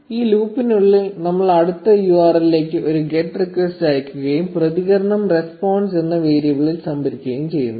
ഈ ലൂപ്പിനുള്ളിൽ നമ്മൾ ഈ അടുത്ത URL ലേക്ക് ഒരു ഗെറ്റ് റിക്വസ്റ്റ് അയയ്ക്കുകയും പ്രതികരണം 'റെസ്പോൺസ്' എന്ന വേരിയബിളിൽ സംഭരിക്കുകയും ചെയ്യുന്നു